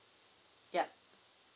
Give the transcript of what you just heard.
yup